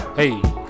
hey